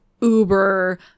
uber